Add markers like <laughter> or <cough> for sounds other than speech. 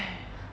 <breath>